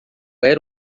era